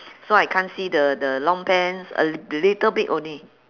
so I can't see the the long pants a little bit only